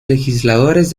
legisladores